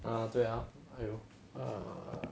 ah 对 ah 还有 err